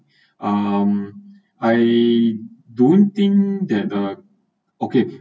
um I don't think that uh okay